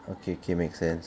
okay K makes sense